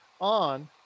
on